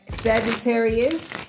Sagittarius